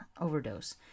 Overdose